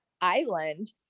island